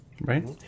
Right